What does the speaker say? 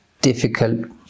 difficult